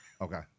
Okay